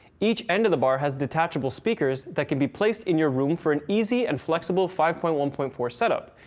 each end of the bar has detachable speakers that can be placed in your room for an easy and flexible five point one four setup,